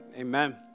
Amen